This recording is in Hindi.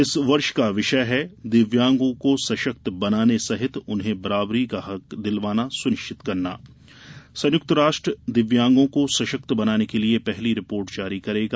इस वर्ष का विषय है दिव्यांगों को सशक्त बनाने सहित उन्हें बराबरी का हक दिलाना सुनिश्चित करना संयुक्त राष्ट्र दिव्यांगों को सशक्त बनाने के लिए पहली रिपोर्ट जारी करेगा